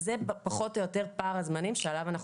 זה פחות או יותר פער הזמנים שעליו אנחנו